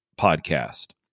podcast